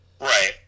Right